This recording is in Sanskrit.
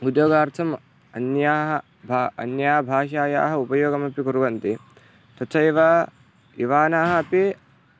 उद्योगार्थम् अन्याः भा अन्यभाषायाः उपयोगमपि कुर्वन्ति तथैव युवानः अपि